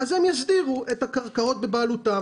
הם יסדירו את הקרקעות בבעלותם.